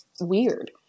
weird